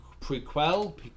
Prequel